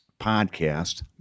podcast